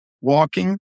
Walking